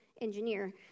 engineer